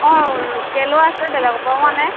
অঁ লোকেলো আছে বেলেগৰ পৰাও আনে